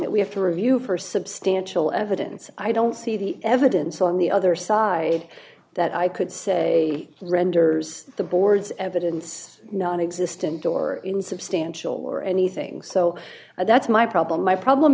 that we have to review for substantial evidence i don't see the evidence on the other side that i could say renders the boards evidence nonexistent or insubstantial or anything so that's my problem my problem